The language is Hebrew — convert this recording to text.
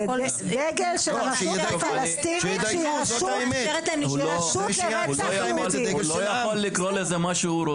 עופר, בזכות הדיבור שלך תוכל לומר מה שאתה רוצה.